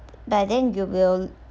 by then you will